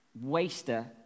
waster